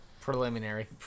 Preliminary